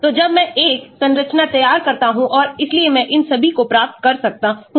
तो जब मैं एक संरचना तैयार करता हूं और इसलिए मैं इन सभी को प्राप्त कर सकता हूं